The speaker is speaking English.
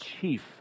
chief